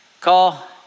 call